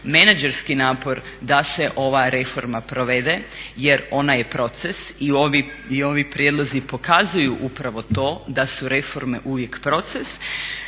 menadžerski napor da se ova reforma provede jer ona je proces i ovi prijedlozi pokazuju upravo to da su reforme uvijek proces.